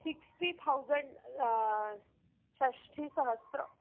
sixty thousand षष्ठिसहस्रं